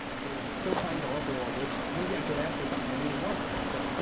they were so kind to offer all this. maybe i could ask for something i really wanted. i said,